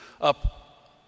up